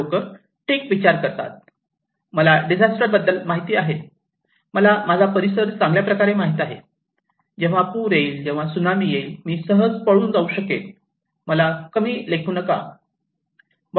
लोक ठीक विचार करतात मला डिजास्टर बद्दल माहिती आहे मला माझा परिसर चांगल्या प्रकारे माहित आहे जेव्हा पूर येईल जेव्हा त्सुनामी येईल मी सहज पळून जाऊ शकेन मला कमी लेखू नका